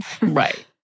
Right